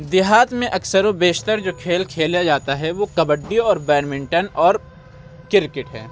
دیہات میں اکثر و بیشتر جو کھیل کھیلا جاتا ہے وہ کبڈی اور بیٹ منٹن اور کرکٹ ہے